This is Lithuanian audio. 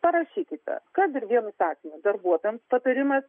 parašykite kad ir vienu sakiniu darbuotojams patarimas